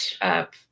up